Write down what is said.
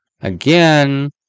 again